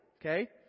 okay